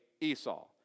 Esau